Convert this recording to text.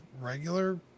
regular